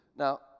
Now